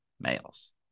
males